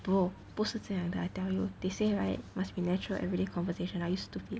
no 不是这样的 I tell you they say right must be natural everyday conversation are you stupid